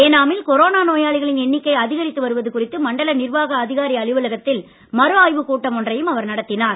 ஏனாமில் கொரோனா நோயாளிகளின் எண்ணிக்கை அதிகரித்து வருவது குறித்து மண்டல நிர்வாக அதிகாரி அலுவலகத்தில் மறுஆய்வுக் கூட்டம் ஒன்றையும் அவர் நடத்தினார்